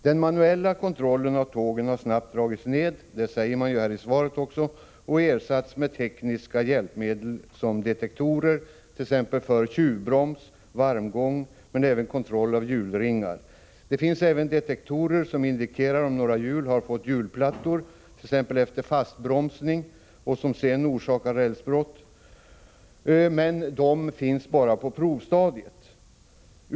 Den manuella kontrollen av tågen har snabbt dragits ned, det sägs också i svaret, och ersatts med tekniska hjälpmedel som detektorer för exempelvis tjuvbroms, varmgång och även för kontroll av hjulringar. Det finns även detektorer som indikerar om några hjul har fått s.k. hjulplattor t.ex. efter fastbromsning och som sedan orsakar rälsbrott, men de finns bara på provstadiet.